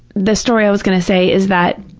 the story i was going to say is that,